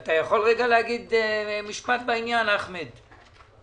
אתה יכול להגיד משפט בעניין, אחמד?